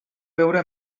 veure